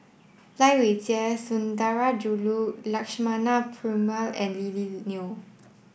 Lai Weijie Sundarajulu Lakshmana Perumal and Lily Neo